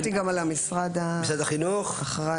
אדוני היושב-ראש, תודה רבה, בוקר טוב.